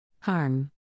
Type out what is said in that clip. harm